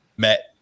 met